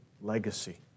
legacy